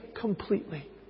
completely